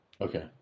Okay